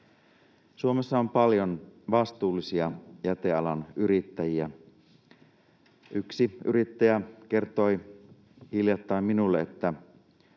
Suomessa on paljon vastuullisia jätealan yrittäjiä. Yksi yrittäjä kertoi hiljattain minulle, että